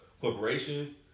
corporation